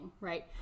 right